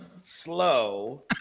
slow